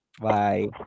Bye